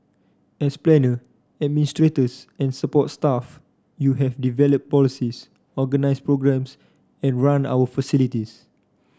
as planner administrators and support staff you have developed policies organised programmes and run our facilities